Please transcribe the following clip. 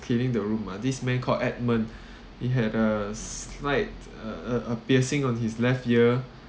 cleaning the room ah this man called edmund he had a slight uh a a piercing on his left ear